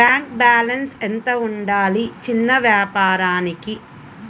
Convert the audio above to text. Bank balance ఎంత ఉండాలి చిన్న వ్యాపారానికి?